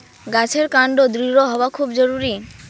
গাছের কান্ড দৃঢ় হওয়া খুব জরুরি